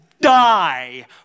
die